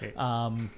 Okay